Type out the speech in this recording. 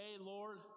Lord